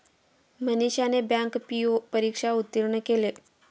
मनीषाने bank PO परीक्षा उत्तीर्ण केली